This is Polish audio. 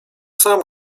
sam